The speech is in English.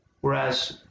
whereas